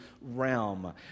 realm